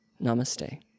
Namaste